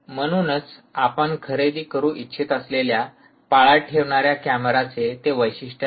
म्हणूनच आपण खरेदी करू इच्छित असलेल्या पाळत ठेवणाऱ्या कॅमेऱ्याचे ते वैशिष्ट्य असेल